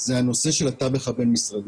זה הנושא של התווך הבין-משרדי.